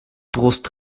brust